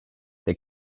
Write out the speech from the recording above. they